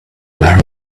her